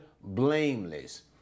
blameless